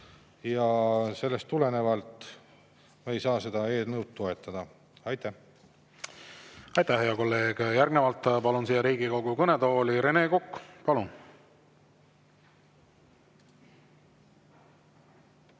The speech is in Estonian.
Sellest tulenevalt me ei saa seda eelnõu toetada. Aitäh! Aitäh, hea kolleeg! Järgnevalt palun siia Riigikogu kõnetooli Rene Koka. Palun!